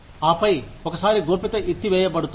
ఆపై ఒకసారి గోప్యత ఎత్తి వేయబడుతుంది